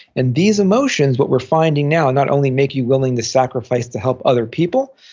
and these emotions, what we're finding now, not only make you willing to sacrifice to help other people,